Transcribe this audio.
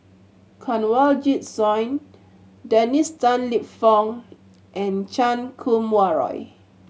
Kanwaljit Soin Dennis Tan Lip Fong and Chan Kum Wah Roy